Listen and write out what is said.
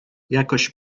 jakoś